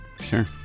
sure